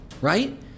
Right